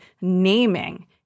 naming